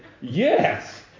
yes